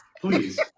Please